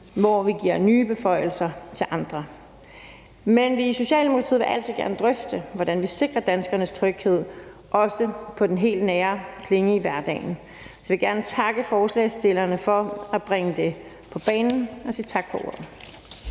hvor vi giver nye beføjelser til andre. Men vi vil i Socialdemokratiet altid gerne drøfte, hvordan vi sikrer danskernes tryghed, også på den helt nære klinge i hverdagen. Så jeg vil gerne takke forslagsstillerne for at bringe det på banen og sige tak for ordet.